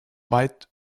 weit